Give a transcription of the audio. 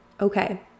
Okay